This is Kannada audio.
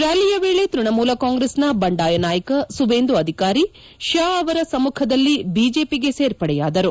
ರಾಲಿಯ ವೇಳೆ ತ್ವಣಮೂಲ ಕಾಂಗ್ರೆಸ್ ನ ಬಂಡಾಯ ನಾಯಕ ಸುವೇಂದು ಅಧಿಕಾರಿ ಶಾ ಅವರ ಸಮ್ನುಖದಲ್ಲಿ ಐಜೆಪಿಗೆ ಸೇರ್ಪಡೆಯಾದರು